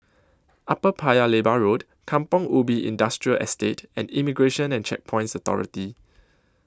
Upper Paya Lebar Road Kampong Ubi Industrial Estate and Immigration and Checkpoints Authority